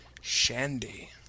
Shandy